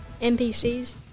NPCs